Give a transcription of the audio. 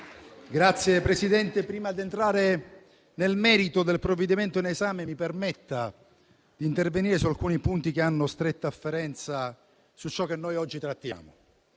Signor Presidente, prima di entrare nel merito del provvedimento in esame, mi permetta di intervenire su alcuni punti che hanno stretta afferenza con ciò che oggi trattiamo.